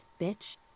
bitch